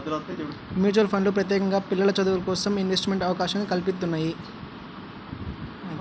mutual ఫండ్లు ప్రత్యేకంగా పిల్లల చదువులకోసం ఇన్వెస్ట్మెంట్ అవకాశం కల్పిత్తున్నయ్యి